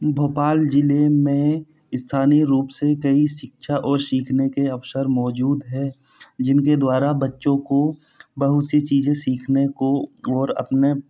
भोपाल जिले में स्थानीय रूप से कई शिक्षा और सीखने के अवसर मौजूद है जिनके द्वारा बच्चों को बहुत सी चीज़ें सीखने को और अपने